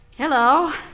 Hello